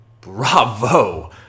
Bravo